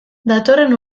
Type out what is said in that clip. datorren